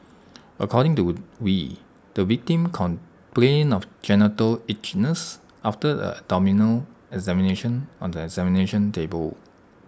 according to wee the victim complained of genital itchiness after the abdominal examination on the examination table